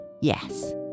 Yes